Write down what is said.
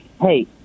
Hey